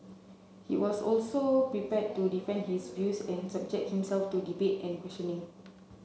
he was also prepared to defend his views and subject himself to debate and questioning